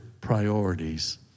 priorities